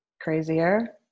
Crazier